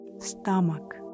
Stomach